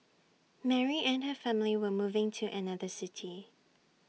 Mary and her family were moving to another city